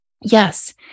Yes